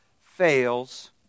fails